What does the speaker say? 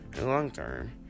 long-term